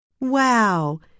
Wow